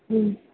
ம்